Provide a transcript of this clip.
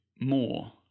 more